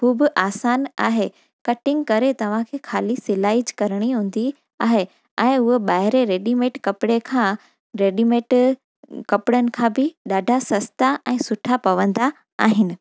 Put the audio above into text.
ख़ूबु आसान आहे कटिंग करे तव्हांखे ख़ाली सिलाई करणी हूंदी आहे ऐं उहे ॿाहिरि रेडीमेड कपिड़े खां रेडीमेड कपिड़नि खां बि ॾाढा सस्ता ऐं सुठा पवंदा आहिनि